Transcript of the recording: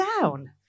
down